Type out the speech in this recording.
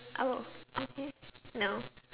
oh okay no